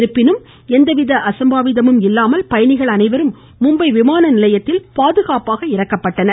இருப்பினும் எவ்வித அசம்பாவிதமும் இல்லாமல் பயணிகள் அனைவரும் மும்பை விமான நிலையத்தில் பாதுகாப்பாக இறக்கப்பட்டனர்